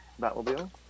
Batmobile